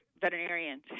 veterinarians